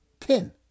Ten